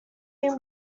been